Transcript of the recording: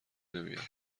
نمیاره